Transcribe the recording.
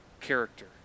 character